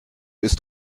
ist